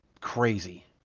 crazy